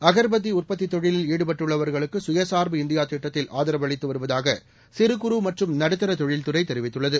அகர்பத்தி உற்பத்தி தொழிலில் ஈடுபட்டுள்ளவர்களுக்கு சுயச்சார்பு இந்தியா திட்டத்தில் ஆதரவு அளித்து வருவதாக சிறுகுறு மற்றும் நடுத்தர தொழில் துறை தெரிவித்துளளது